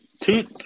two